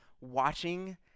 watching